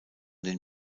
den